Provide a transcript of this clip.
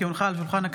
כי הונחה על שולחן,